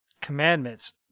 commandments